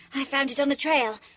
i found it on the trail.